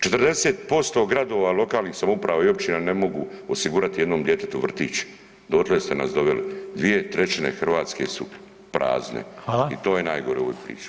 40% gradova lokalnih samouprava i općina ne mogu osigurati jednom djetetu vrtić, totle ste nas doveli, 2/3 Hrvatske su prazne [[Upadica: Hvala.]] i to je najgore u ovoj priči.